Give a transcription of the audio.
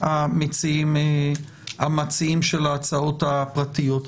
המציעים של ההצעות הפרטיות.